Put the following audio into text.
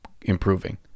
improving